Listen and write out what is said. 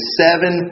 seven